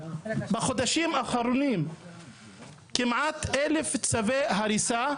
בחודשים האחרונים כמעט אלף צווי הריסה,